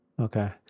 Okay